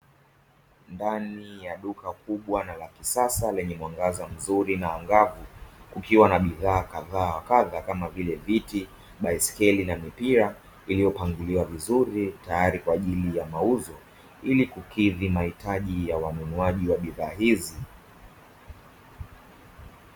Ndani ya duka kubwa na la kisasa lenye mwangaza mzuri na angavu, kukiwa na bidhaa kadhaa kadhaa kama vile viti, baiskeli, na mipira iliyopangiliwa vizuri tayari kwa ajili ya mauzo ili kukidhi mahitaji ya wanunuaji wa bidhaa hizi.